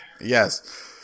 yes